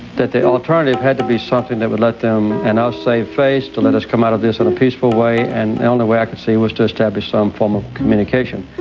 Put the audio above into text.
that the alternative had to be something that would let them and us save face, to let us come out of this in a peaceful way, and the only and way i could see was to establish some form of communication.